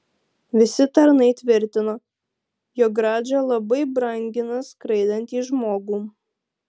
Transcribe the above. visi tarnai tvirtino jog radža labai brangina skraidantį žmogų